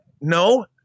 no